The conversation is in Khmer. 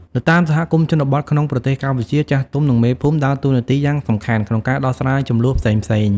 នៅតាមសហគមន៍ជនបទក្នុងប្រទេសកម្ពុជា ចាស់ទុំ និងមេភូមិដើរតួនាទីយ៉ាងសំខាន់ក្នុងការដោះស្រាយជម្លោះផ្សេងៗ។